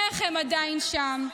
איך הם עדיין שם?